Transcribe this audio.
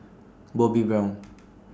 Bobbi Brown